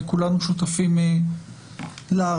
וכולנו שותפים להערכה.